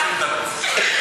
20 דקות.